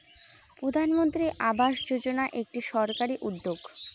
প্রধানমন্ত্রী আবাস যোজনা একটি সরকারি উদ্যোগ